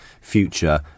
future